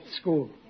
school